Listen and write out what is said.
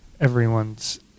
everyone's